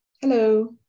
Hello